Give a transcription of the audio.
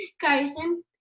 Carson